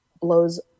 blows